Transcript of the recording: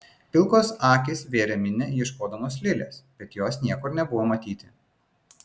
pilkos akys vėrė minią ieškodamos lilės bet jos niekur nebuvo matyti